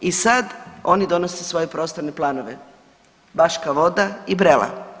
I sad oni donose svoje prostorne planove, Baška Voda i Brela.